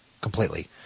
completely